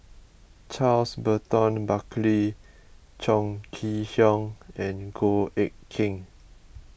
Charles Burton Buckley Chong Kee Hiong and Goh Eck Kheng